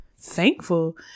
thankful